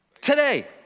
Today